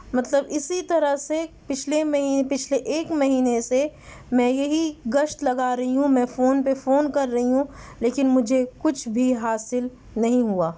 مطلب اسی طرح سے پچھلے مہی پچھلے ایک مہینے سے میں یہی گشت لگا رہی ہوں میں فون پہ فون کر رہی ہوں لیکن مجھے کچھ بھی حاصل نہیں ہوا